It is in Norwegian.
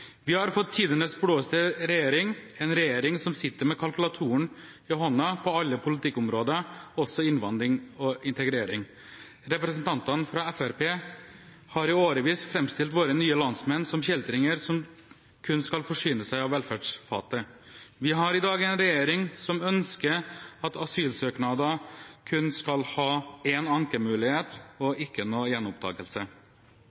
Vi har fått tidenes blåeste regjering, en regjering som sitter med kalkulatoren i hånden på alle politikkområder, også innvandring og integrering. Representantene fra Fremskrittspartiet har i årevis framstilt våre nye landsmenn som kjeltringer, som kun skal forsyne seg av velferdsfatet. Vi har i dag en regjering som ønsker at asylsøkere kun skal ha én ankemulighet og